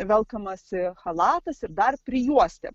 velkamasi chalatas ir dar prijuostė